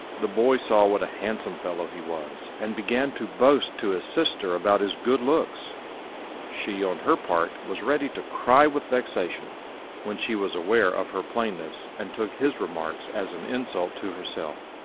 the boy saw what a handsome fellow he was, and began to boast to his sister about his good looks she, on her part, was ready to cry with vexation when she was aware of her plainness, and took his remarks as an insult to herself.